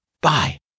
Bye